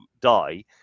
die